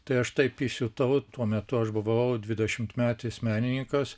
tai aš taip įsiutau tuo metu aš buvau dvidešimtmetis menininkas